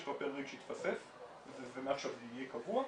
יש כבר פרק ש- -- זה יהיה קבוע,